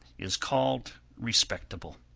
is called respectable.